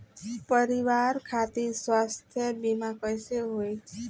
परिवार खातिर स्वास्थ्य बीमा कैसे होई?